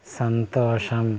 సంతోషం